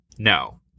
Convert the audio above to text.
No